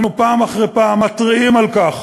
אנחנו פעם אחרי פעם מתריעים על כך